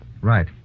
Right